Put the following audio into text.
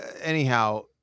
anyhow